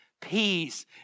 peace